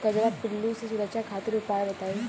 कजरा पिल्लू से सुरक्षा खातिर उपाय बताई?